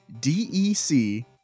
DEC